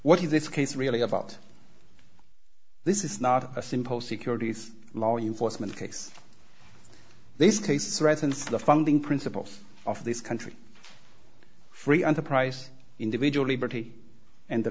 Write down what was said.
what is this case really about this is not a simple securities law enforcement case this case threatens the founding principles of this country free enterprise individual liberty and